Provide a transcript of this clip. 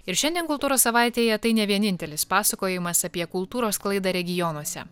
ir šiandien kultūros savaitėje tai ne vienintelis pasakojimas apie kultūros sklaidą regionuose